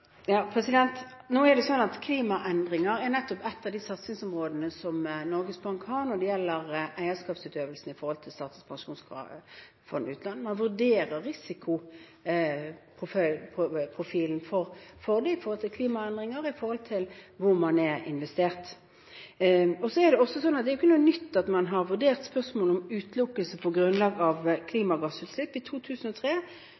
Nå er det sånn at klimaendringer nettopp er et av de satsingsområdene som Norges Bank har når det gjelder eierskapsutøvelsen i Statens pensjonsfond utland. Man vurderer risikoprofilen for dem når det gjelder klimaendringer, og hvor man har investert. Så er det ikke noe nytt at man har vurdert spørsmålet om utelukkelse på grunnlag av